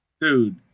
dude